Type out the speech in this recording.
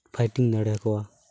fighting ᱫᱟᱲᱮᱭᱟᱠᱚᱣᱟ